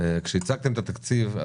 כשהצגתם את התקציב,